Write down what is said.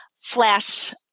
flash